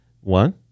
One